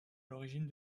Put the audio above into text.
l’origine